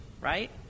right